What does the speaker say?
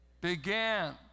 began